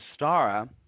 Stara